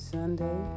Sunday